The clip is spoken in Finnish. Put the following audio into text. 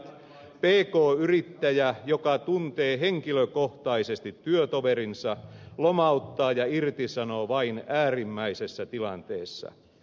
pk yrittäjä joka tuntee henkilökohtaisesti työtoverinsa lomauttaa ja irtisanoo vain äärimmäisessä tilanteessa